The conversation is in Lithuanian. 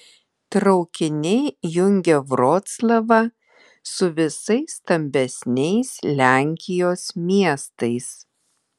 traukiniai jungia vroclavą su visais stambesniais lenkijos miestais